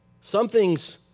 Something's